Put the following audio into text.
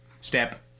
step